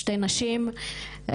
שתי נשים,